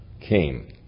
came